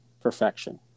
perfection